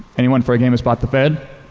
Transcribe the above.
anyone for a game of spot the fed?